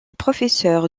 professeur